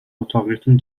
اتاقیتون